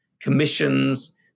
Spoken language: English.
commissions